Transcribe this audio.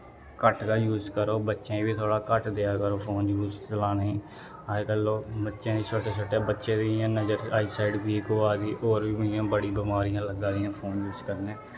घट्ट गै यूस करो बच्चें गी बी थोह्ड़ा घट्ट देआ करो फोन यूस चलाने गी अज्जकल लोक बच्चें गी छोटे छोटे बच्चे बी इ'यां नजर आई साईट वीक होआ दी होर बी बमारियां लग्गा दियां फोन यूस करने कन्नै